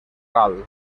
ral